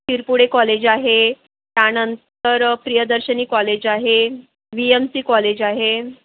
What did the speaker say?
Tirpude college आहे त्यानंतर Priyadarshini college आहे बी एम सी कॉलेज आहे